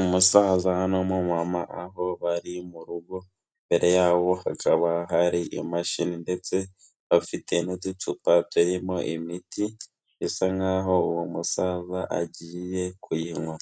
Umusaza n'umumama aho bari mu rugo, imbere yabo hakaba hari imashini ndetse bafite n'uducupa turimo imiti, bisa nk'aho uwo musaza agiye kuyinywa,